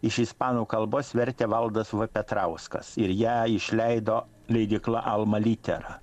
iš ispanų kalbos vertė valdas v petrauskas ir ją išleido leidykla alma littera